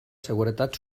seguretat